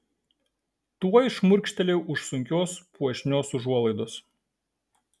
tuoj šmurkštelėjau už sunkios puošnios užuolaidos